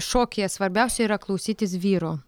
šokyje svarbiausia yra klausytis vyro